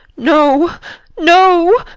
no no!